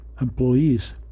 employees